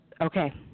Okay